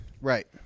Right